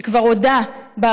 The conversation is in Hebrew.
שכבר הודה בעבירות,